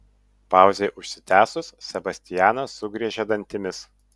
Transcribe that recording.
pauzei užsitęsus sebastianas sugriežė dantimis